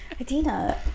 Adina